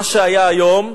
מה שהיה היום,